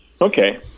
Okay